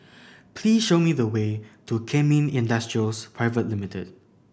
please show me the way to Kemin Industries Private Limited